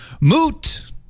moot